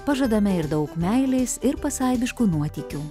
pažadame ir daug meilės ir pasaibiškų nuotykių